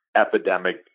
epidemic